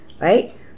right